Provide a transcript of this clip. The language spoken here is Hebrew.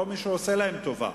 זה לא שמישהו עושה להם טובה.